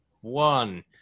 one